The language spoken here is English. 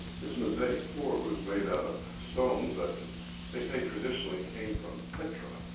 this mosaic floor was made out of stones that they say traditionally came from petra.